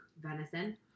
Venison